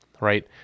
right